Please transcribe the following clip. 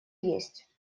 есть